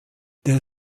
der